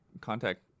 contact